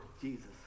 Jesus